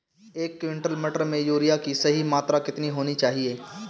एक क्विंटल मटर में यूरिया की सही मात्रा कितनी होनी चाहिए?